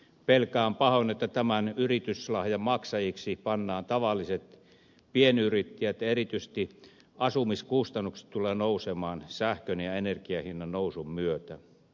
pelkään pahoin että tämän yrityslahjan maksajiksi pannaan tavalliset pienyrittäjät ja erityisesti asumiskustannukset tulevat nousemaan sähkön ja energian hinnan nousun myötä